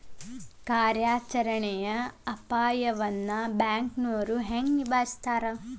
ಕಾರ್ಯಾಚರಣೆಯ ಅಪಾಯವನ್ನ ಬ್ಯಾಂಕನೋರ್ ಹೆಂಗ ನಿಭಾಯಸ್ತಾರ